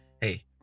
hey